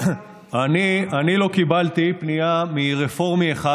אני לא קיבלתי פנייה מרפורמי אחד,